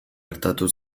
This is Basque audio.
gertatu